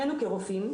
שנינו כרופאים,